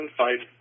fight